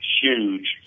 huge